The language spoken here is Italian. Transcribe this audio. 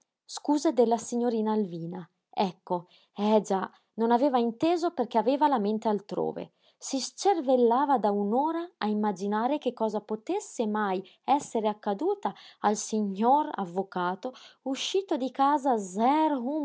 scuse della signorina alvina ecco eh già non aveva inteso perché aveva la mente altrove si scervellava da un'ora a immaginare che cosa potesse mai essere accaduta al sighnor avvocato uscito di casa sehr